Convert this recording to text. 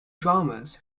dramas